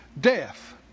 Death